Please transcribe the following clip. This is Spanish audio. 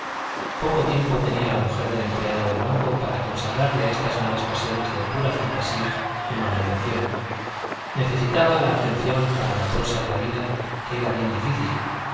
poco tiempo tenía la mujer del empleado del banco para consagrarle a estas malas pasiones de pura fantasía y mala intención necesitaba la atención para la prosa de la vida que era bien difícil